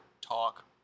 talk